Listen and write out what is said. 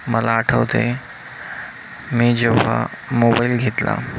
मला आठवते मी जेव्हा मोबाईल घेतला